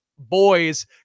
boys